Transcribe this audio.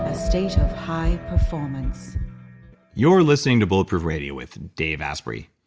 ah state of high performance you're listening to bulletproof radio with dave asprey.